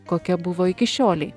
kokia buvo iki šiolei